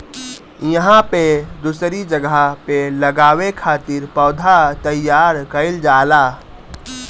इहां पे दूसरी जगह पे लगावे खातिर पौधा तईयार कईल जाला